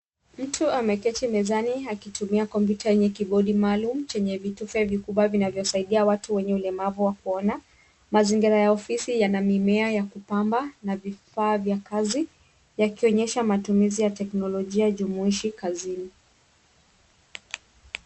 Mtu ameketi mezani akitumia kompyuta yenye kibodi maalum chenye vitufe vikubwa vinavyosaidia watu wenye ulemavu wa kuona. Mazingira ya ofisi yana mimea ya kupamba na vifaa vya kazi yakionyesha matumizi ya teknolojia jumuishi kazini.